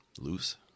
Loose